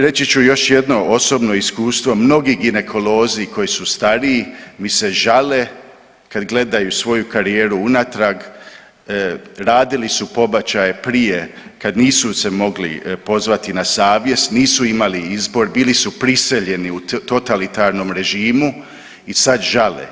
Reći ću još jedno osobno iskustvo, mnogi ginekolozi koji su stariji mi se žale kad gledaju svoju karijeru unatrag, radili su pobačaje prije kad nisu se mogli pozvati na savjest, nisu imali izbor, bili su prisiljeni u totalitarnom režimu i sad žale.